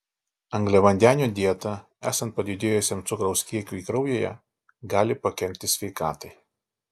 angliavandenių dieta esant padidėjusiam cukraus kiekiui kraujyje gali pakenkti sveikatai